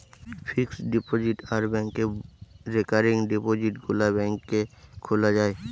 fixed deposit আর ব্যাংকে recurring ডিপোজিটে গুলা ব্যাংকে খোলা যায়